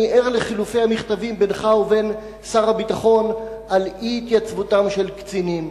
אני ער לחלופי המכתבים בינך לבין שר הביטחון על אי-התייצבותם של קצינים.